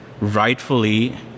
rightfully